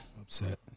Upset